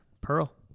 Pearl